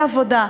כלי עבודה.